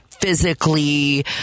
physically